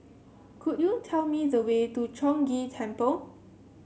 could you tell me the way to Chong Ghee Temple